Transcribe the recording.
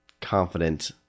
confident